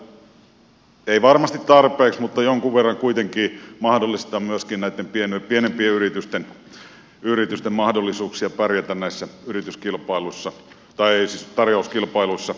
nämä eivät varmasti tarpeeksi lisää mutta jonkun verran kuitenkin mahdollistavat myöskin näitten pienempien yritysten mahdollisuuksia pärjätä näissä tarjouskilpailuissa